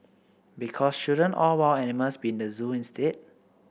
because shouldn't all wild animals be in the zoo instead